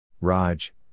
Raj